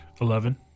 Eleven